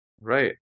Right